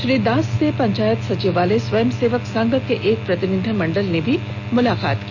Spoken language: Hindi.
श्री दास से पंचायत सचिवालय स्वयंसेवक संघ के एक प्रतिनिधिमंडल ने भी मुलाकात की